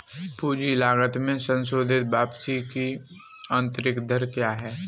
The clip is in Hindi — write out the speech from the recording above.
पूंजी लागत में संशोधित वापसी की आंतरिक दर क्या है?